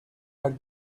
like